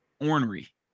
ornery